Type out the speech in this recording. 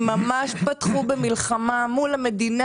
הם ממש פתחו במלחמה מול המדינה,